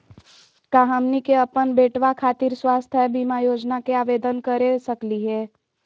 का हमनी के अपन बेटवा खातिर स्वास्थ्य बीमा योजना के आवेदन करे सकली हे?